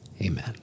amen